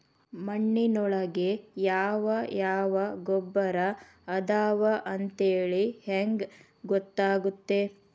ಮಣ್ಣಿನೊಳಗೆ ಯಾವ ಯಾವ ಗೊಬ್ಬರ ಅದಾವ ಅಂತೇಳಿ ಹೆಂಗ್ ಗೊತ್ತಾಗುತ್ತೆ?